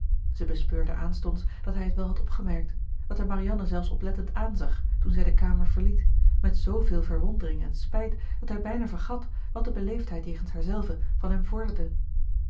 zij bespeurde aanstonds dat hij het wel had opgemerkt dat hij marianne zelfs oplettend aanzag toen zij de kamer verliet met zveel verwondering en spijt dat hij bijna vergat wat de beleefdheid jegens haarzelve van hem vorderde